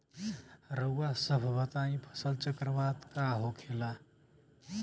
रउआ सभ बताई फसल चक्रवात का होखेला?